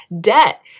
debt